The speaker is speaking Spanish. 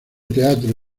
teatro